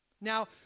Now